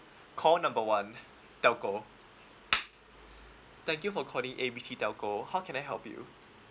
call number one telco thank you for calling A B C telco how can I help you